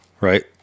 right